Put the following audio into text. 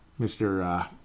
Mr